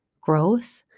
growth